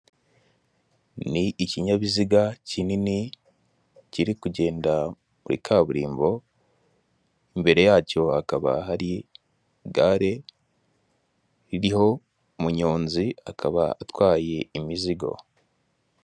Ni ikinyabiziga kinini kiri kugenda kuri kaburimbo. Imbere yacyo hakaba hari igare ririho munyonzi akaba atwaye imizigo.